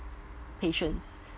patients